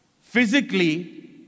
physically